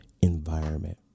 environment